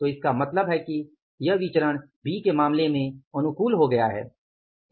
तो इसका मतलब है कि यह विचरण बी के मामले में अनुकूल हो गया है